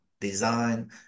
design